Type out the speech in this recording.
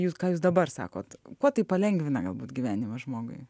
jūs ką jūs dabar sakot kuo tai palengvina galbūt gyvenimą žmogui